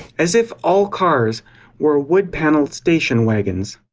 as if all cars were wood paneled station wagons.